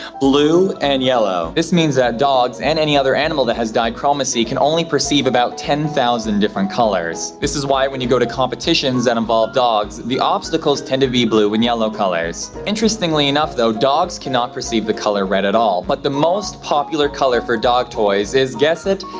blue and yellow. this means that dogs, and any other animal that has dichromacy, can only perceive about ten thousand different colors. this is why, when you go to competitions that involve dogs, the obstacles tend to be blue and yellow colors. interestingly enough, though, dogs cannot perceive the color red at all. but the most popular color for dog toys is, guess it,